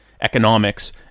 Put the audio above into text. economics